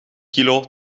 kilo